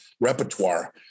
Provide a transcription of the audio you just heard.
repertoire